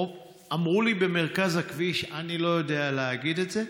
אמרו לי שבמרכז הכביש, אני לא יודע להגיד את זה,